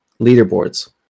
leaderboards